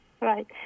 Right